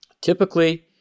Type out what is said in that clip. Typically